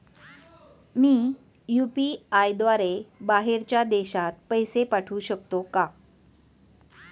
मी UPI द्वारे बाहेरच्या देशात पैसे पाठवू शकतो का?